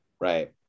Right